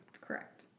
Correct